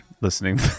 listening